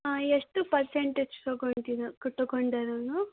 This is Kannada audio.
ಹಾಂ ಎಷ್ಟು ಪರ್ಸೆಂಟೇಜ್ ತಗೊಂಡ್ದಿನ ಕ ತಗೊಂಡನವನು